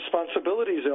responsibilities